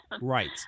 Right